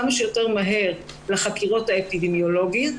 כמה שיותר מהר לערוך חקירות אפידמיולוגית,